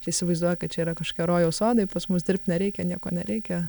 įsivaizduoja kad čia yra kažkie rojaus sodai pas mus dirbt nereikia nieko nereikia